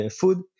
food